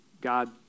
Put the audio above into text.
God